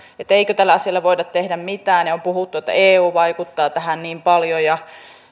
eikö tälle asialle voida tehdä mitään ja on puhuttu että eu vaikuttaa tähän niin paljon ja